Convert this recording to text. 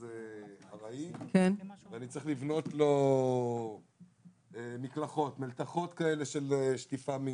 ארעי ואני צריך לבנות לו מלתחות של שטיפה מהירה,